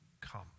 Come